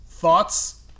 thoughts